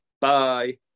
Bye